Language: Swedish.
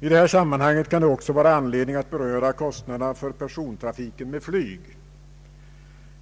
I detta sammanhang kan det också vara anledning att beröra kostnaderna för persontrafik med flyg.